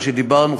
מה שדיברנו,